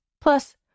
Plus